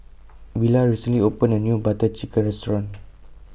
Villa recently opened A New Butter Chicken Restaurant